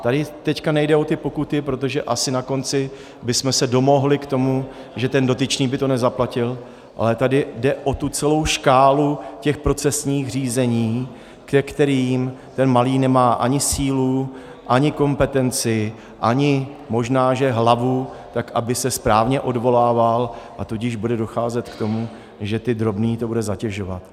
Tady teď nejde o ty pokuty, protože asi na konci bychom se domohli toho, že ten dotyčný by to nezaplatil, ale tady jde o tu celou škálu těch procesních řízení, ke kterým ten malý nemá ani sílu, ani kompetenci, ani možná že hlavu, aby se správně odvolával, a tudíž bude docházet k tomu, že ty drobné to bude zatěžovat.